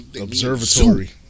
Observatory